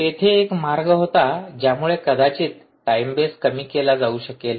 तेथे एक मार्ग होता ज्यामुळे कदाचित टाइम बेस कमी केला जाऊ शकेल